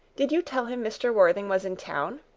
did you tell him mr. worthing was in town?